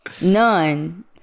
None